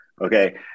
Okay